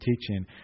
teaching